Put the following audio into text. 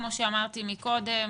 כמו שאמרתי קודם,